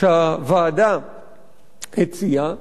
שהוועדה הציעה,